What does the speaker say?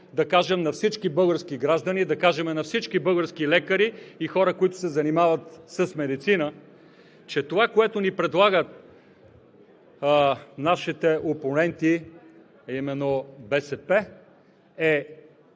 да кажем на всички български граждани, да кажем на всички български лекари и хора, които се занимават с медицина, че това, което ни предлагат нашите опоненти във „Визия